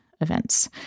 events